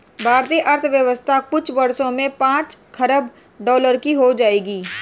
भारतीय अर्थव्यवस्था कुछ वर्षों में पांच खरब डॉलर की हो जाएगी